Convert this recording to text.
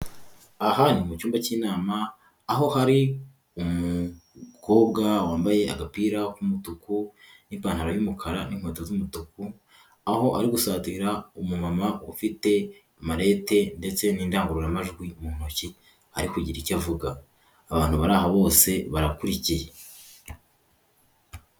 Aha ni mu cyumba cy'inama, aho hari umukobwa wambaye agapira k'umutuku, n'ipantaro y'umukara n'inkweto z'umutuku, aho ari gusatira umumama ufite marete ndetse n'indangururamajwi mu ntoki, ari kugira icyo avuga, abantu bari aho bose barakurikiye.